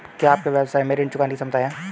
क्या आपके व्यवसाय में ऋण चुकाने की क्षमता है?